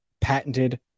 Patented